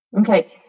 Okay